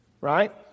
right